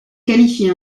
qualifie